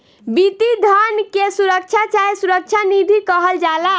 वित्तीय धन के सुरक्षा चाहे सुरक्षा निधि कहल जाला